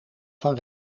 van